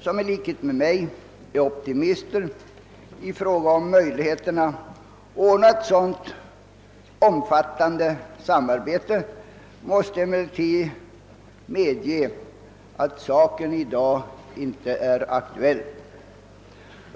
som i likhet med mig är optimister i fråga om möjligheterna att ordna ett sådant omfattande samarbete måste emellertid medge, att saken i dag inte är aktuell.